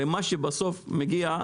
הרי מה שבסוף מגיע,